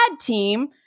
team